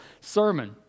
sermon